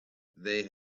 they